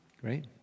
Great